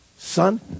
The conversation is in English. Son